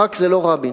ברק זה לא רבין.